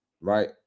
right